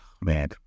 Man